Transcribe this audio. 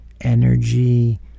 energy